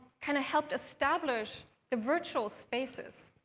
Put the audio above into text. kind of helped establish the virtual spaces.